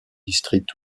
district